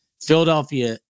Philadelphia